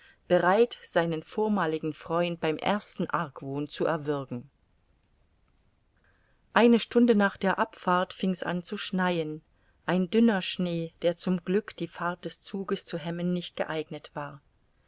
bereit seinen vormaligen freund beim ersten argwohn zu erwürgen eine stunde nach der abfahrt fing's an zu schneien ein dünner schnee der zum glück die fahrt des zuges zu hemmen nicht geeignet war